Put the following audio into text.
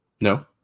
No